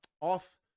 off